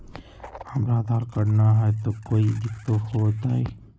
हमरा आधार कार्ड न हय, तो कोइ दिकतो हो तय?